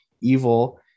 evil